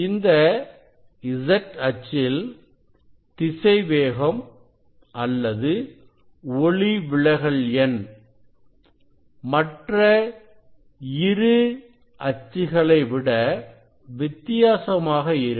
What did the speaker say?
இந்த z அச்சில் திசைவேகம் அல்லது ஒளிவிலகல் எண் மற்ற இரு அச்சுகளை விட வித்தியாசமாக இருக்கும்